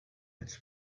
its